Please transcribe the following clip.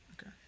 Okay